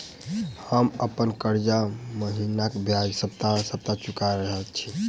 हम अप्पन कर्जा महिनाक बजाय सप्ताह सप्ताह चुका रहल छि